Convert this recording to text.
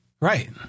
Right